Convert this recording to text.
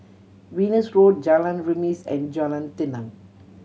Venus Road Jalan Remis and Jalan Tenang